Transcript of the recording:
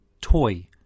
toy